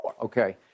Okay